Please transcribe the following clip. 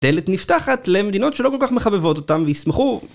דלת נפתחת למדינות שלא כל כך מחבבות אותם וישמחו